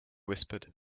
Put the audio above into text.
whispered